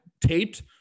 taped